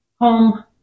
home